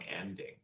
ending